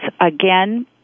Again